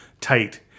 tight